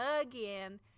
Again